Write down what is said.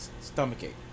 Stomachache